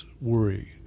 worry